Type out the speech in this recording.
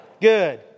Good